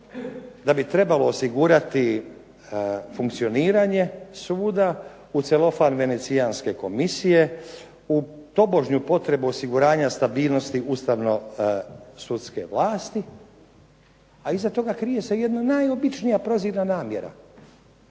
da bi trebalo osigurati funkcioniranje svuda u celofan venecijanske komisije, u tobožnju potrebu osiguranja stabilnosti ustavnosudske vlasti, a iza toga krije se jedna najobičnija prozirna namjera